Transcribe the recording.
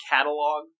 Catalog